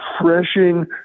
refreshing